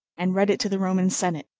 and read it to the roman senate.